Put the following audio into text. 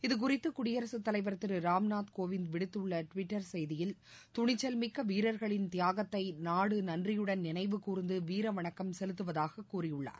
இது குறித்தது குடியரசுத் தலைவர் திரு ராம்நாத் கோவிந்த் விடுத்துள்ள டுவிட்டர் செய்தியில் துணிச்சல் மிக்க வீரர்களின் தியாகத்தை நாடு நன்றியுடன் நினைவு கூர்ந்து வீர வணக்கம் செலுத்துவதாக்க கூறியுள்ளார்